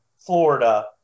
Florida